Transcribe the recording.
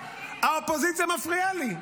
האופוזיציה מפריעה לי.